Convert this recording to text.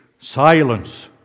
Silence